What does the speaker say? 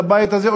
לבית הזה,